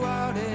out